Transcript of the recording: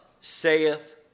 saith